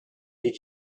did